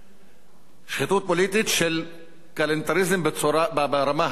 שחיתות פוליטית של כלנתריזם ברמה הנמוכה ביותר,